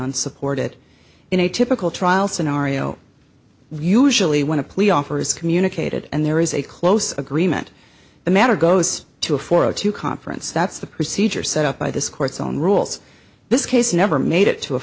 unsupported in a typical trials in ario usually when a plea offer is communicated and there is a close agreement the matter goes to a for a to conference that's the procedure set up by this court's own rules this case never made it to a